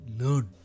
learn